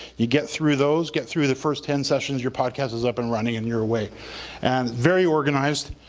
you get through those, get through the first ten sessions, your podcast is up and running and you're away and very organized.